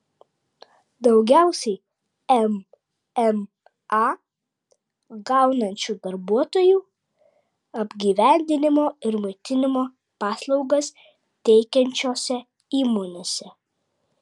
daugiausiai mma gaunančių darbuotojų apgyvendinimo ir maitinimo paslaugas teikiančiose įmonėse